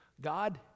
God